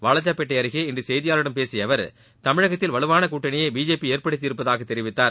வாவாஜாபேட்டை அருகே இன்று செய்தியாளர்களிடம் பேசிய அவர் தமிழகத்தில் வலுவாள கூட்டணியை பிஜேபி ஏற்படுத்தி இருப்பதாக தெரிவித்தார்